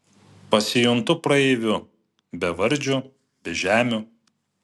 pasijuntu praeiviu bevardžiu bežemiu